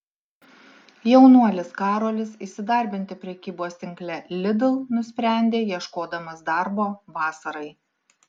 jaunuolis karolis įsidarbinti prekybos tinkle lidl nusprendė ieškodamas darbo vasarai